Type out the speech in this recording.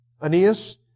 Aeneas